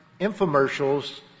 infomercials